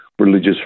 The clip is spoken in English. Religious